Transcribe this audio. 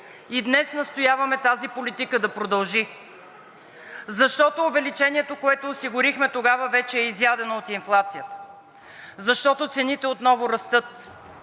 и днес настояваме тази политика да продължи, защото увеличението, което осигурихме тогава, вече е изядено от инфлацията (шум и реплики от